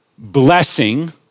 blessing